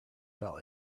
fell